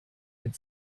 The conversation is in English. had